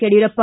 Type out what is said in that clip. Yediyurappa